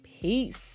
peace